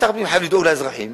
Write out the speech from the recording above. אז שר הפנים חייב לדאוג לאזרחים